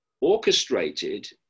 orchestrated